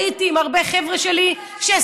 הייתי עם הרבה חבר'ה שלי שסיימו,